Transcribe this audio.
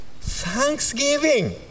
thanksgiving